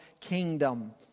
kingdom